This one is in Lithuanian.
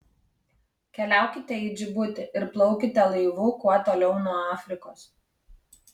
keliaukite į džibutį ir plaukite laivu kuo toliau nuo afrikos